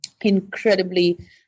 incredibly